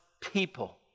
people